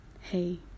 Hey